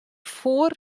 foar